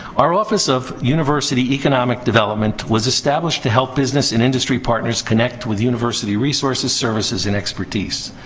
our office of university economic development was established to help business and industry partners connect with university resources, services, and expertise.